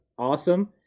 awesome